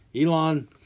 Elon